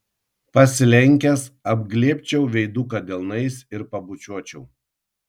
pasilenkęs apglėbčiau veiduką delnais ir pabučiuočiau